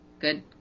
good